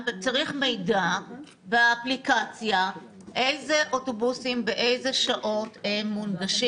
צריך מידע באפליקציה אילו אוטובוסים באילו שעות הם מונגשים.